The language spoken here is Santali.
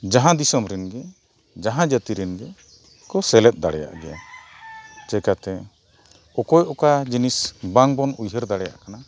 ᱡᱟᱦᱟᱸ ᱫᱤᱥᱚᱢ ᱨᱮᱱ ᱜᱮ ᱡᱟᱦᱟᱸ ᱡᱟᱹᱛᱤ ᱨᱮᱱ ᱜᱮᱠᱚ ᱥᱮᱞᱮᱫ ᱫᱟᱲᱮᱭᱟᱜ ᱜᱮᱭᱟ ᱪᱤᱠᱟᱹᱛᱮ ᱚᱠᱚᱭ ᱚᱠᱟ ᱡᱤᱱᱤᱥ ᱵᱟᱝᱵᱚᱱ ᱩᱭᱦᱟᱹᱨ ᱫᱟᱲᱮᱭᱟᱜ ᱠᱟᱱᱟ